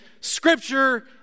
scripture